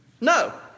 No